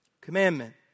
commandment